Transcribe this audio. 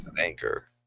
anchor